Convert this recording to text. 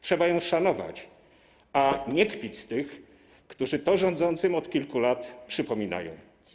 Trzeba ją szanować, a nie kpić z tych, którzy to rządzącym od kilku lat przypominają.